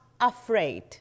afraid